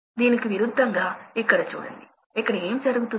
కాబట్టి మీరు ఫర్నస్ లోకి గాలి ప్రవాహాన్ని తగ్గించాలి